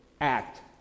act